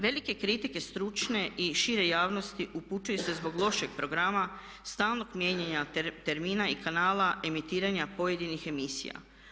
Velike kritike stručne i šire javnosti upućuju se zbog lošeg programa, stalnog mijenjanja termina i kanala emitiranja pojedinih emisija.